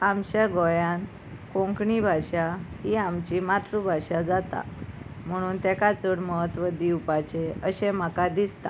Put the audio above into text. आमच्या गोंयांत कोंकणी भाशा ही आमची मातृभाशा जाता म्हणून ताका चड म्हत्व दिवपाचें अशें म्हाका दिसता